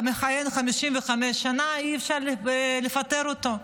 מכהן 55 שנה, אי-אפשר לפטר אותו.